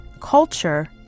culture